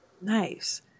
Nice